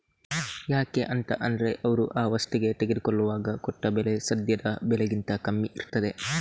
ಯಾಕೆ ಅಂತ ಅಂದ್ರೆ ಅವ್ರು ಆ ವಸ್ತುಗೆ ತೆಗೆದುಕೊಳ್ಳುವಾಗ ಕೊಟ್ಟ ಬೆಲೆ ಸದ್ಯದ ಬೆಲೆಗಿಂತ ಕಮ್ಮಿ ಇರ್ತದೆ